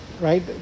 right